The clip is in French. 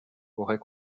aurait